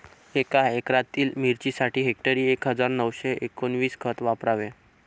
एका एकरातील मिरचीसाठी हेक्टरी एक हजार नऊशे एकोणवीस खत वापरावे